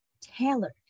tailored